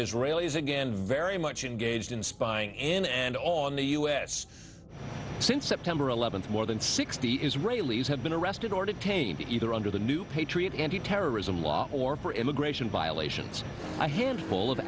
israel is again very much engaged in spying and on the u s since september eleventh more than sixty israelis have been arrested or detained either under the new patriot antiterrorism law or for immigration violations by handful of